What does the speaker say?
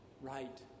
right